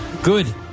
Good